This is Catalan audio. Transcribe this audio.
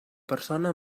persona